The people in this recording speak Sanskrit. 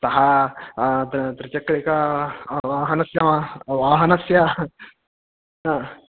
सः त्रिचक्रिका वाहनस्य वाहनस्य हा